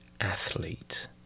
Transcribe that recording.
athlete